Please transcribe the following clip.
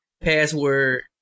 password